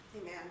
Amen